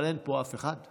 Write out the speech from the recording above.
אבל אין פה אף אחד.